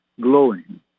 glowing